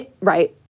Right